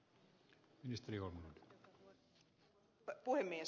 arvoisa puhemies